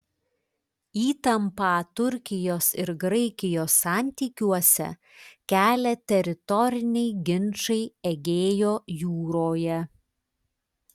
įtampą turkijos ir graikijos santykiuose kelia teritoriniai ginčai egėjo jūroje